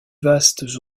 vastes